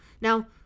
Now